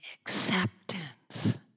acceptance